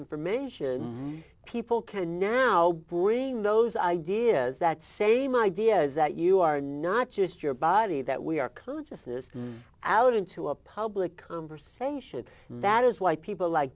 information people can now bring those ideas that same ideas that you are not just your body that we are consciousness out into a public conversation that is why people like